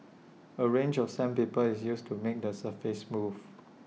A range of sandpaper is used to make the surface smooth